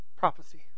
prophecy